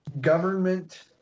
government